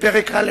בפרק א',